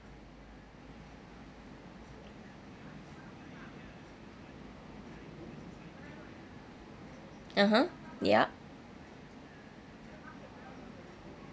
(uh huh) ya